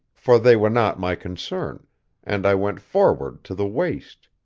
for they were not my concern and i went forward to the waist.